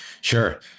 Sure